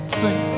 sing